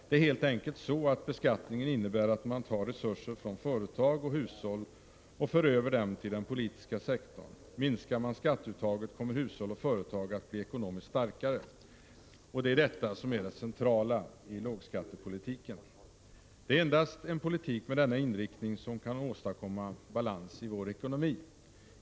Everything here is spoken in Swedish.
Det är helt enkelt så att beskattningen innebär att man tar resurser från företag och hushåll och för över dem till den politiska sektorn. Minskar man skatteuttaget kommer hushåll och företag att bli ekonomiskt starkare. Det är detta som är det centrala i lågskattepolitiken. Det är endast en politik med denna inriktning som kan åstadkomma balans i vår ekonomi.